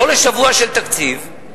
לא לשבוע של תקציב,